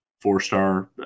four-star